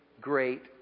great